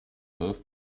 both